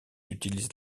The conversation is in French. utilisent